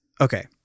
Okay